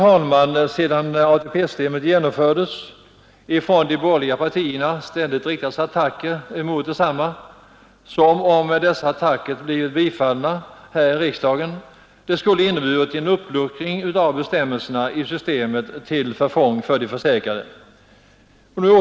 Alltsedan ATP-systemet infördes har de borgerliga partierna riktat attacker mot detsamma. Om dessa attacker hade rönt framgång här i riksdagen skulle de ha inneburit en uppluckring av bestämmelserna i systemet till förfång för de försäkrade.